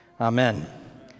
Amen